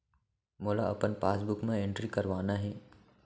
मोला अपन पासबुक म एंट्री करवाना हे?